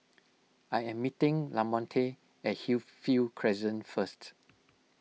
I am meeting Lamonte at Hillview Crescent first